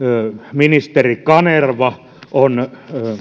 ministeri kanerva on